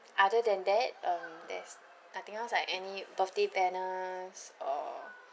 other than that um there's nothing else like any birthday banners or